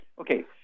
Okay